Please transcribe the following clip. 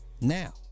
now